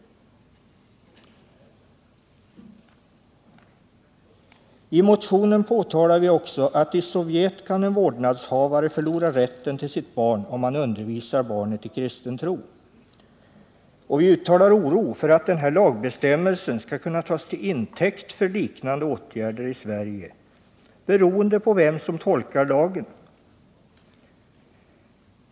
I motionen påtalar vi också att i Sovjet kan en vårdnadshavare förlora rätten till sitt barn om han undervisar barnet i kristen tro, och vi uttalar oro för att den här lagbestämmelsen skall kunna tas till intäkt för liknande åtgärder i Sverige beroende på vem som tolkar lagen.